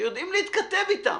שיודעים להתכתב איתם